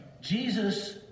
Jesus